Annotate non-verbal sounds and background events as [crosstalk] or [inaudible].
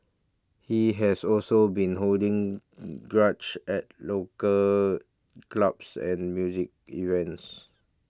he has also been holding [unintelligible] at local clubs and music events